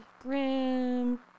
grim